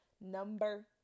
Number